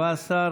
הצבעה.